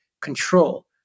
control